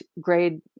grade